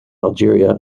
algeria